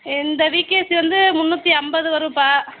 இந்த விகேசி வந்து முந்நூற்றி ஐம்பது வரும்ப்பா